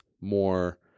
more